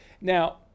Now